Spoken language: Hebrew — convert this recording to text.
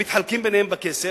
והם מתחלקים ביניהם בכסף,